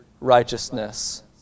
righteousness